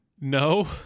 No